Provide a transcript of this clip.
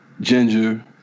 ginger